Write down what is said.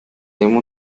tema